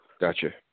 Gotcha